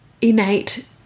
innate